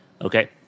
okay